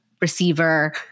receiver-